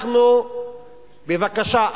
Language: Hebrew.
בבקשה,